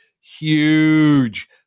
huge